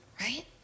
Right